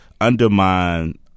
undermine